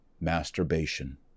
masturbation